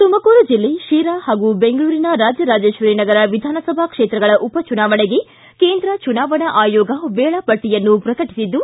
ತುಮಕೂರು ಜಿಲ್ಲೆ ಶಿರಾ ಹಾಗೂ ಬೆಂಗಳೂರಿನ ರಾಜರಾಜೇಶ್ವರಿನಗರ ವಿಧಾನಸಭಾ ಕ್ಷೇತ್ರಗಳ ಉಪಚುನಾವಣೆಗೆ ಕೇಂದ್ರ ಚುನಾವಣಾ ಆಯೋಗ ವೇಳಾಪಟ್ಟಿಯನ್ನು ಪ್ರಕಟಿಸಿದ್ದು